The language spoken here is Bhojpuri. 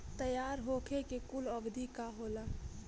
तैयार होखे के कूल अवधि का होला?